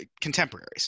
contemporaries